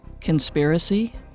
Conspiracy